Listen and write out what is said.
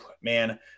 Man